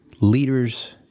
leaders